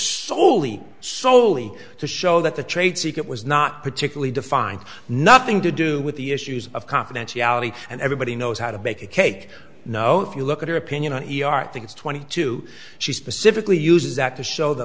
soley soley to show that the trade secret was not particularly defined nothing to do with the issues of confidentiality and everybody knows how to bake a cake no if you look at her opinion on things twenty two she specifically uses that to show the